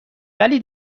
ولی